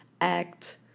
act